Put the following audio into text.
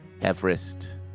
Everest